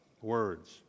words